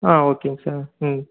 ஓகேங்க சார் ம்